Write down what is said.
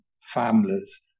families